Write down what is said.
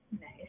Nice